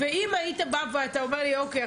אם היית בא והיית אומר לי שאוקיי,